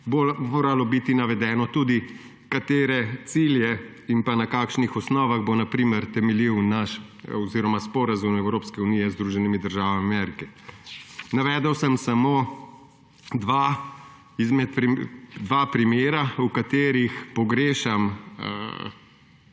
moralo biti navedeno tudi, kateri so cilji in na kakšnih osnovah bo na primer temeljil naš oziroma sporazum Evropske unije z Združenimi državami Amerike. Navedel sem samo dva primera, v katerih pogrešam